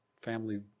family